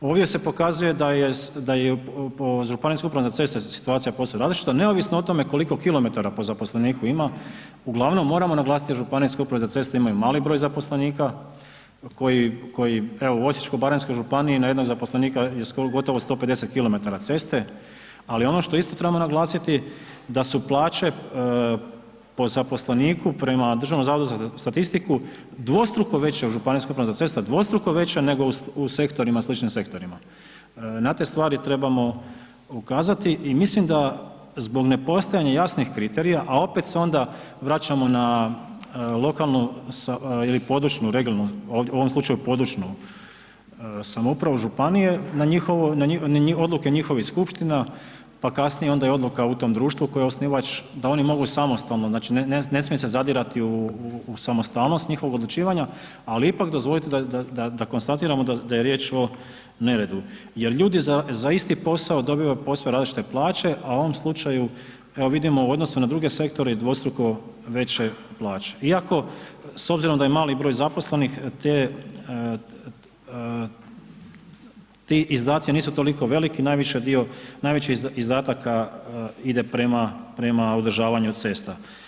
Ovdje se pokazuje da jest, da je po ŽUC situacija posve različita neovisno o tome koliko kilometara po zaposleniku ima, uglavnom moramo naglasiti ŽUC imaju mali broj zaposlenika koji, koji evo u Osječko-baranjskoj županiji na jednog zaposlenika je gotovo 150 km ceste, ali ono što isto trebamo naglasiti da su plaće po zaposleniku, prema Državnom zavodu za statistiku, dvostruko veće od ŽUC-a, dvostruko veće nego u sektorima, sličnim sektorima, na te stvari trebamo ukazati i mislim da zbog nepostojanja jasnih kriterija, a opet se onda vraćamo na lokalnu ili područnu (regionalnu), u ovom slučaju područnu samoupravu županije, na njihovo, odluke njihovih skupština, pa kasnije i onda odluka u tom društva koje je osnivač da oni mogu samostalno, znači ne smije se zadirati u samostalnost njihovog odlučivanja, ali ipak dozvolite da, da, da konstatiramo da je riječ o neredu jer ljudi za isti posao dobivaju posve različite plaće, a u ovom slučaju evo vidimo u odnosu na druge sektore i dvostruko veće plaće, iako s obzirom da je mali broj zaposlenih ti izdaci nisu toliko veliki, najviši dio, najveći izdataka ide prema, prema održavanju cesta.